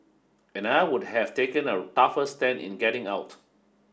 and I would have taken a tougher stand in getting out